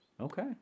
Okay